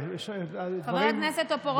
חבר הכנסת טופורובסקי,